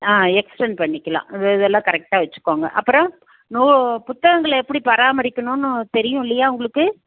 ஆ extend பண்ணிக்கலாம் அது இது எல்லாம் கரெக்ட்டாக வச்சுக்கோங்க அப்புறம் நூ புத்தகங்களை எப்படி பராமரிக்கணுன்னு தெரியும் இல்லையா உங்களுக்கு